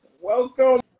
Welcome